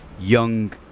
young